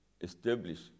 establish